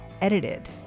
edited